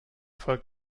folgt